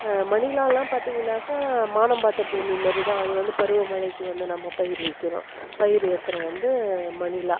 மணிலாலாம் பார்த்தீங்கனாக்கா மானம் பார்த்த பூமி மாதிரி தான் அது வந்து பருவமழைக்கு வந்து நம்ம பயிர் விற்கிறோம் பயிர் ஏத்துறோம் வந்து மணிலா